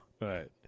Right